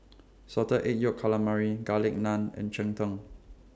Salted Egg Yolk Calamari Garlic Naan and Cheng Tng